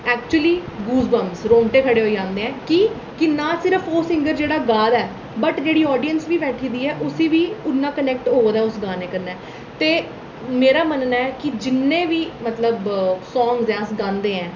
actually goosebumps रौंगटे खड़े होई जंदे न की कि नां सिर्फ ओह् सींगर जेह्ड़ा गा दा ऐ बट जेह्ड़ी ओह् आडियंस बी बैठी दी ऐ उसी बी उन्ना कनैक्ट होआ दा उस गाने कन्नै ते मेरा मन्नना ऐ कि जिन्ने बी मतलब ऐ सांगस अस गांदे आं